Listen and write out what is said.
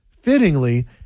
Fittingly